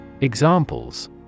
Examples